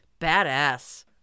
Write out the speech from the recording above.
Badass